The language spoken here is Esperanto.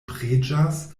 preĝas